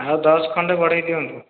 ଆଉ ଦଶ ଖଣ୍ଡେ ବଢେଇଦିଅନ୍ତୁ